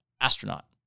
astronaut